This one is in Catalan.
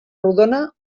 rodona